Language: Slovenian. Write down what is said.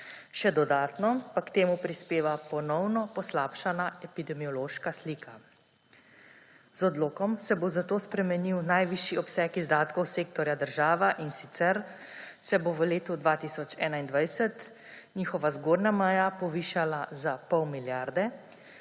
Še dodatno pa k temu prispeva ponovno poslabšana epidemiološka slika. Z odlokom se bo zato spremenil najvišji obseg izdatkov sektorja država, in sicer se bo v letu 2021 njihova zgornja meja povišala za pol milijarde,